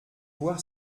voir